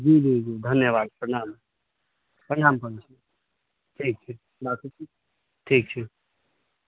जी जी जी धन्यवाद प्रणाम प्रणाम जी जी जी ठीक छै